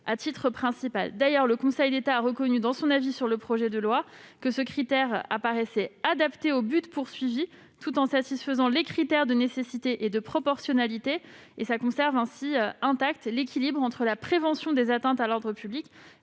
à titre principal. D'ailleurs, le Conseil d'État a reconnu, dans son avis sur le projet de loi, que cette disposition paraissait adaptée au but recherché, tout en satisfaisant les critères de nécessité et de proportionnalité, ce qui conserve intact l'équilibre entre la prévention des atteintes à l'ordre public